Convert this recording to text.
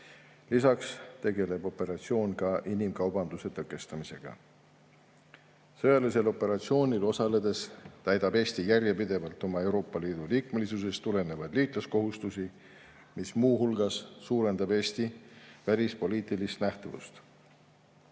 Lisaks tegeleb operatsioon inimkaubanduse tõkestamisega. Sõjalisel operatsioonil osaledes täidab Eesti järjepidevalt oma Euroopa Liidu liikmesusest tulenevaid liitlaskohustusi, mis muu hulgas suurendab Eesti välispoliitilist nähtavust.